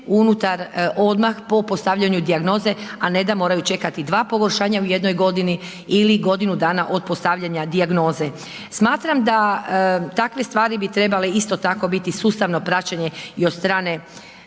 unutar odmah po postavljanju dijagnoze a ne da moraju čekati 2 pogoršanja u jednoj godini ili godinu dana od postavljanja dijagnoze. Smatram da takve stvari bi trebale isto tako biti sustavno praćenje i od strane